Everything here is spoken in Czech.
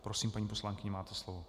Prosím, paní poslankyně, máte slovo.